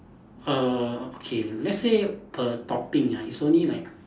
err okay let's say per topping ah is only like